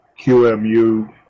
QMU